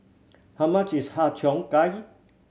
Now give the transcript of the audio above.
how much is Har Cheong Gai